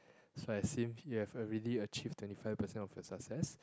so I seems you have achieved twenty five percent of your success